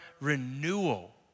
renewal